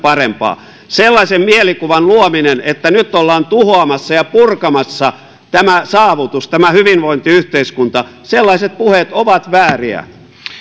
yhä parempi sellaisen mielikuvan luominen sellaiset puheet että nyt ollaan tuhoamassa ja purkamassa tämä saavutus tämä hyvinvointiyhteiskunta ovat vääriä